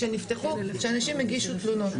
שנפתחו, שאנשים הגישו תלונות.